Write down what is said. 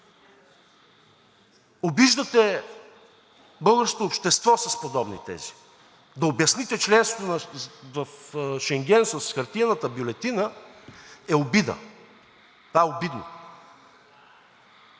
обиждате българското общество с подобни тези. Да обясните членството в Шенген с хартиената бюлетина е обида. Това е обидно.